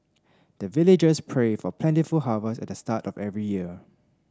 the villagers pray for plentiful harvest at the start of every year